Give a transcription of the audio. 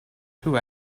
who